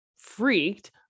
freaked